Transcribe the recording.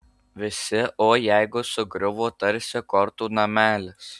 visi o jeigu sugriuvo tarsi kortų namelis